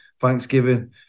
Thanksgiving